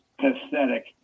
pathetic